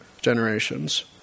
generations